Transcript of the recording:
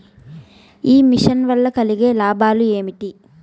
ఈ మిషన్ వల్ల కలిగే లాభాలు ఏమిటి?